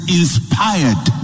inspired